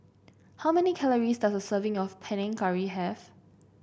how many calories does a serving of Panang Curry have